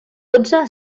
dotze